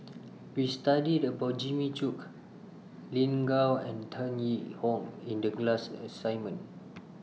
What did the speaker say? We studied about Jimmy Chok Lin Gao and Tan Yee Hong in The class assignment